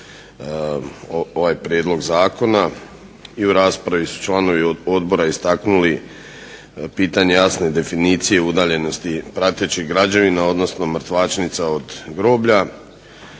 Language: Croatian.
ovaj prijedlog zakona i u raspravi su članovi odbora istaknuli pitanje jasne definicije udaljenosti pratećih građevina odnosno mrtvačnica od groblja.